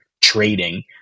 trading